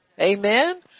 Amen